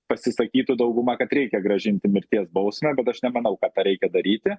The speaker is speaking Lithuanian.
pasisakytų dauguma kad reikia grąžinti mirties bausmę bet aš nemanau kad tą reikia daryti